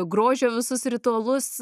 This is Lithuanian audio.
grožio visus ritualus